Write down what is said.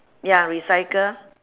ya recycle